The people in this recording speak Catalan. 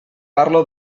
parlo